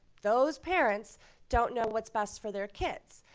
those parents don't know what's best for their kids.